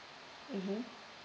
mmhmm